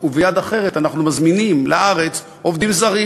וביד אחרת אנחנו מזמינים לארץ עובדים זרים?